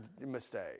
mistake